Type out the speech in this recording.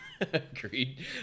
agreed